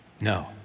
No